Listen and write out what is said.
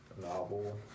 novel